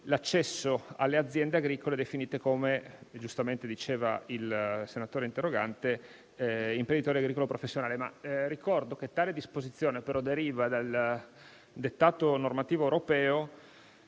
l'accesso alle aziende agricole definite, come giustamente diceva il senatore interrogante, «imprenditore agricolo professionale». Ricordo che tale disposizione però deriva dal dettato normativo europeo